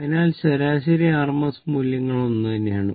അതിനാൽ ശരാശരി RMS മൂല്യങ്ങൾ ഒന്നുതന്നെയാണ്